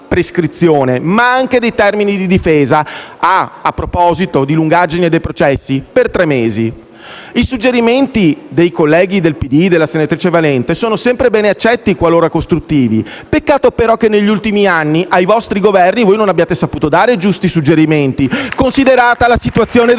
ma anche dei termini di difesa - a proposito di lungaggine dei processi - di tre mesi. I suggerimenti dei colleghi del PD e della senatrice Valente sono sempre ben accetti, qualora costruttivi. Peccato però che negli ultimi anni ai vostri Governi non abbiate saputo dare i giusti suggerimenti, considerata la situazione della